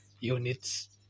units